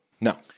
No